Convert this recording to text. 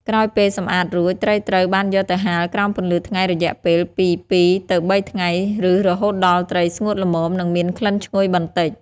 ក្រោយពេលសម្អាតរួច ត្រីត្រូវបានយកទៅហាលក្រោមពន្លឺថ្ងៃរយៈពេលពី ២ ទៅ ៣ ថ្ងៃ ឬរហូតដល់ត្រីស្ងួតល្មម និងមានក្លិនឈ្ងុយបន្តិច។